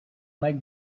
make